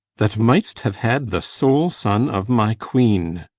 that mightst have had the sole son of my queen!